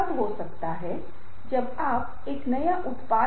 तो यह एक ऐसी चीज है जिसे मैंने आपके साथ साझा किया है लेकिन पेसिंग कुछ अलग है